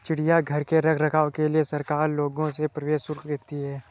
चिड़ियाघर के रख रखाव के लिए सरकार लोगों से प्रवेश शुल्क लेती है